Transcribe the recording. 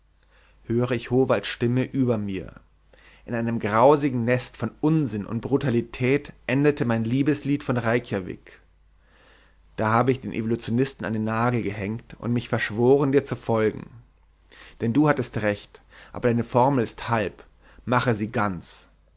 höre ich howalds stimme über mir in einem grausigen nest von unsinn und brutalität endete mein liebeslied von reykjavik da habe ich den evolutionisten an den nagel gehängt und mich verschworen dir zu folgen denn du hattest recht aber deine formel ist halb mache sie ganz